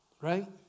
Right